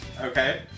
Okay